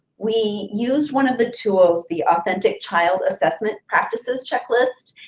we used one of the tools, the authentic child assessment practices checklist,